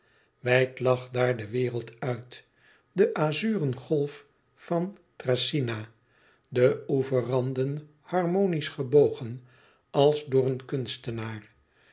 wijd lag daar de wereld uit de azuren golf van thracyna de oeverranden harmonisch gebogen als door een kunstenaar